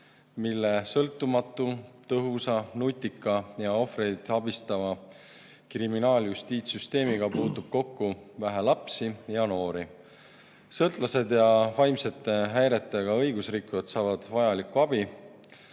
mille sõltumatu, tõhusa, nutika ja ohvreid abistava kriminaaljustiitssüsteemiga puutub kokku vähe lapsi ja noori. Sõltlased ja vaimsete häiretega õigusrikkujad saavad vajalikku abi,